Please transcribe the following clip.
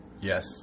Yes